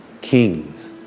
kings